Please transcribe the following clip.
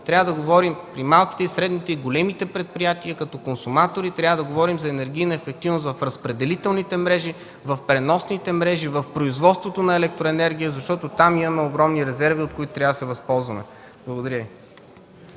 в бизнеса, в малките, средните и големи предприятия като консуматори. Трябва да говорим за енергийна ефективност в разпределителните мрежи, в преносните мрежи, в производството на електроенергия, защото там има огромни резерви, от които трябва да се възползваме. Благодаря Ви.